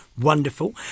Wonderful